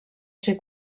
ser